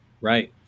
Right